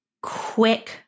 quick